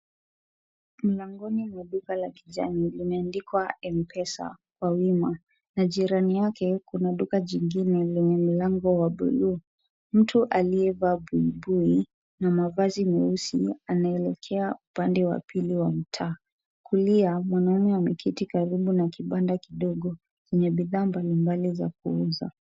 Mlangoni mwa duka la kijani limeandikwa mpesa kwa wima na jirani yake kuna duka jingine lenye mlango wa bluu. Mtu aliyevaa buibui na mavazi nyeusi anatokea upande wa pili wa mtaa. Kulia kuna wanaume wameketi karibu na kibanda kidogo yenye bidhaa mbalimbali za kuuza.